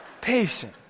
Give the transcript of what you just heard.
Patient